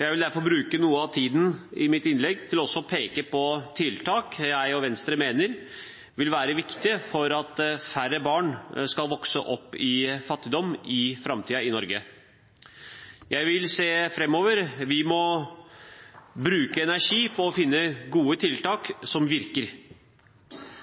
Jeg vil derfor bruke noe av tiden i mitt innlegg til også å peke på tiltak jeg og Venstre mener vil være viktige for at færre barn skal vokse opp i fattigdom i Norge i framtiden. Jeg vil se framover. Vi må bruke energi på å finne gode tiltak